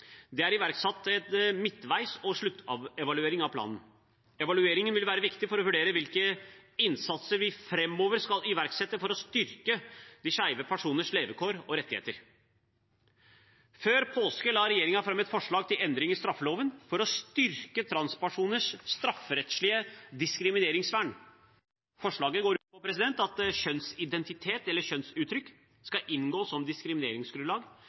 Det er iverksatt en midtveis- og sluttevaluering av planen. Evalueringen vil være viktig for å vurdere hvilke innsatser vi framover skal iverksette for å styrke skeive personers levekår og rettigheter. Før påske la regjeringen fram et forslag til endring i straffeloven for å styrke transpersoners strafferettslige diskrimineringsvern. Forslaget går ut på at kjønnsidentitet eller kjønnsuttrykk skal inngå som diskrimineringsgrunnlag